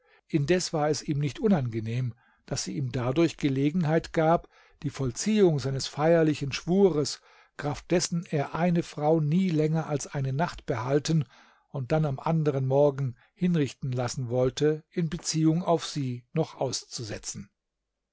indes war es ihm nicht unangenehm daß sie ihm dadurch gelegenheit gab die vollziehung seines feierlichen schwures kraft dessen er eine frau nie länger als eine nacht behalten und dann am anderen morgen hinrichten lassen wollte in beziehung auf sie noch auszusetzen